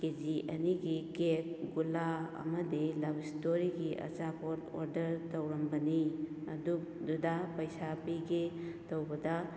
ꯀꯦꯖꯤ ꯑꯅꯤꯒꯤ ꯀꯦꯛ ꯒꯨꯂꯥ ꯑꯃꯗꯤ ꯂꯞ ꯁ꯭ꯇꯣꯔꯤꯒꯤ ꯑꯆꯥꯄꯣꯠ ꯑꯣꯔꯗꯔ ꯇꯧꯔꯝꯕꯅꯤ ꯑꯗꯨꯗꯨꯗ ꯄꯩꯁꯥ ꯄꯤꯒꯦ ꯇꯧꯕꯗ